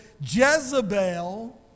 Jezebel